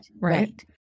right